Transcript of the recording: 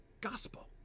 Gospel